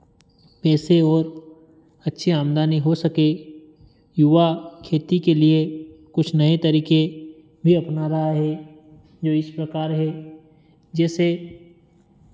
पैसे और अच्छी आमदनी हो सके युवा खेती के लिए कुछ नए तरीके भी अपना रहा है जो इस प्रकार है जैसे